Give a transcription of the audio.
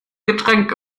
getränk